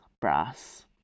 brass